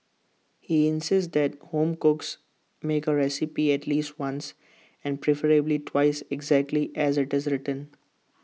he insists that home cooks make A recipe at least once and preferably twice exactly as IT is written